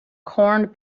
corned